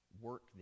work